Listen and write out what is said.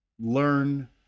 learn